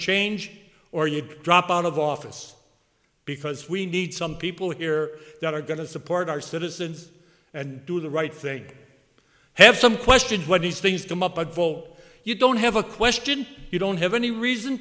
change or you drop out of office because we need some people here that are going to support our citizens and do the right thing have some question what these things to muppet show you don't have a question you don't have any reason